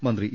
മന്ത്രി ഇ